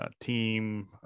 Team